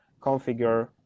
configure